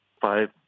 five